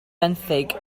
benthyg